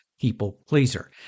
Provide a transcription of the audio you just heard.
people-pleaser